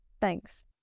thanks